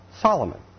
Solomon